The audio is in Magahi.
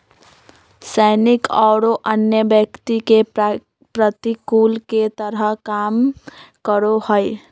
सैनिक औरो अन्य व्यक्ति के प्रतिकूल के तरह काम करो हइ